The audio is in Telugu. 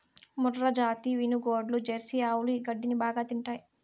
మూర్రాజాతి వినుగోడ్లు, జెర్సీ ఆవులు ఈ గడ్డిని బాగా తింటాయి